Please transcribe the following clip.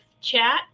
chat